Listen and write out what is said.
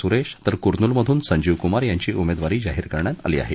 सुरेश तर कुरनूल मधून संजीव कुमार यांची उमेदवारी जाहीर करण्यात आली आहे